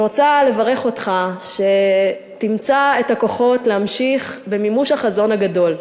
אני רוצה לברך אותך שתמצא את הכוחות להמשיך במימוש החזון הגדול.